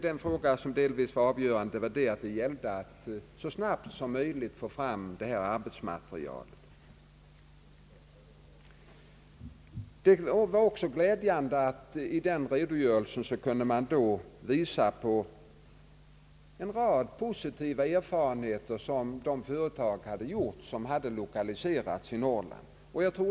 Den fråga som delvis var avgörande var att det gällde att så snabbt som möjligt få fram detta arbetsmaterial. Det var också glädjande att man i denna redogörelse kunde visa på en rad positiva erfarenheter från de företag som hade lokaliserats till Norrland.